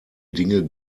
dinge